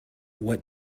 what